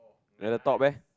then the top leh